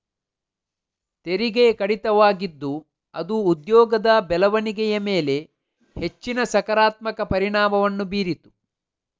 ತೆರಿಗೆ ಕಡಿತವಾಗಿದ್ದು ಅದು ಉದ್ಯೋಗದ ಬೆಳವಣಿಗೆಯ ಮೇಲೆ ಹೆಚ್ಚಿನ ಸಕಾರಾತ್ಮಕ ಪರಿಣಾಮವನ್ನು ಬೀರಿತು